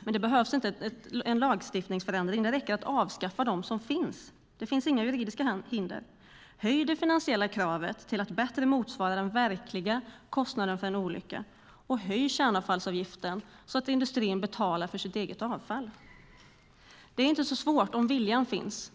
Men det behövs ingen lagstiftning, utan det räcker att avskaffa de subventioner som finns. Det finns inga juridiska hinder för det. Höj det finansiella kravet till att bättre motsvara den verkliga kostnaden för en olycka och höj kärnavfallsavgiften så att industrin betalar för sitt eget avfall! Det är inte så svårt om viljan finns.